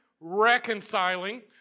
reconciling